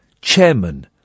chairman